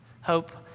Hope